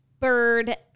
Bird